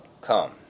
come